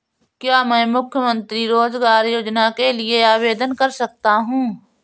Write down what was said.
क्या मैं मुख्यमंत्री रोज़गार योजना के लिए आवेदन कर सकता हूँ?